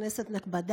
כבוד